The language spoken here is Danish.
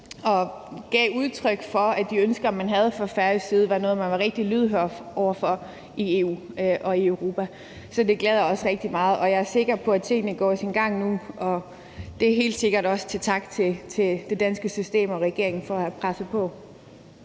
og gav udtryk for, at de ønsker, man havde fra Færøernes side, var noget, man var rigtig lydhør over for i EU og Europa. Så det glæder os rigtig meget, og jeg er sikker på, at tingene går sin gang nu. Det er helt sikkert også en tak til det danske system og regeringen for at have presset på.